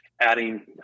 adding